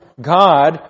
God